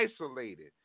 isolated